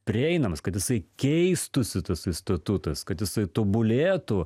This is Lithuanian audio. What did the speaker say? prieinamas kad jisai keistųsi tas institutas kad jisai tobulėtų